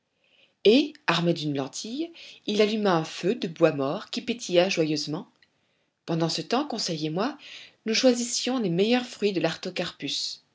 et armé d'une lentille il alluma un feu de bois mort qui pétilla joyeusement pendant ce temps conseil et moi nous choisissions les meilleurs fruits de